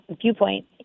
viewpoint